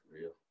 real